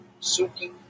Suki